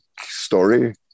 story